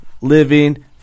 living